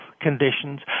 conditions